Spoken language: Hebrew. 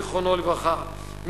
זיכרונו לברכה,